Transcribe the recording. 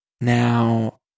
Now